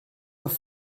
doch